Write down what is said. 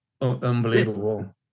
unbelievable